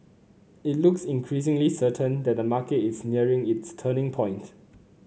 it looks increasingly certain that the market is nearing its turning point